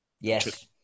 Yes